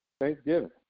Thanksgiving